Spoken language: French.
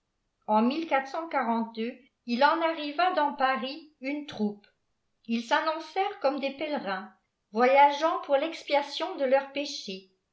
en il en arriva dans paris une troupe ils s'annnbncèrent comme dès pèlerins voyageant pour l'expiation de leurs péchés